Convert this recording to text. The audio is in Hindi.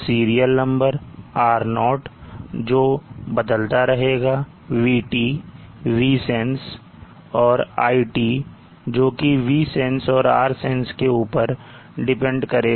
सीरियल नंबर R0 जो बदलता रहेगा VT Vsense और iT जोकि Vsense and Rsense के ऊपर डिपेंड करेगा